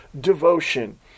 devotion